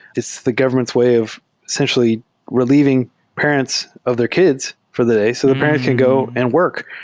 it's the government's way of essentially re lieving parents of their kids for the day so the parents can go and work.